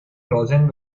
rosen